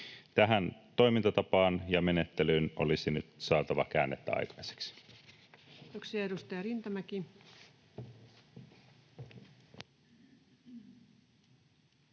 Tähän toimintatapaan ja menettelyyn olisi nyt saatava käännettä aikaiseksi. Kiitoksia.